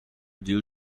due